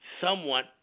somewhat